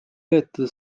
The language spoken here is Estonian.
veeta